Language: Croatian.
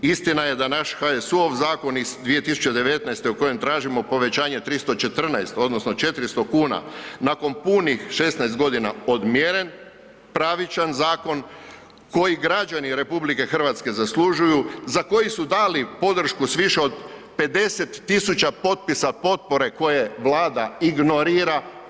Istina je da je naš HSU-ov zakon iz 2019. u kojem tražimo povećanje 314, odnosno 400 kuna, nakon punih 16 godina odmjeren, pravičan zakon koji građani RH zaslužuju, za koji su dali podršku s više od 50 tisuća potpisa potpore koje Vlada ignorira.